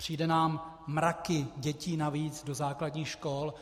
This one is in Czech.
Přijdou nám mraky dětí navíc do základních škol.